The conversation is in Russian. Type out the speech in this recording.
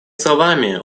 словами